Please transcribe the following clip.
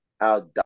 out